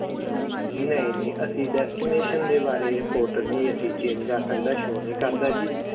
ਨਹੀਂ ਨਹੀਂ ਅਸੀਂ ਡੈਸਟੀਨੇਸ਼ਨ ਦੇ ਬਾਰੇ ਪੋਰਟਲ ਨਹੀਂ ਅਸੀਂ ਚੇਂਜ ਕਰ ਸਕਦਾ ਸ਼ੋ ਨਹੀਂ ਕਰਦਾ ਜੀ